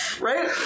right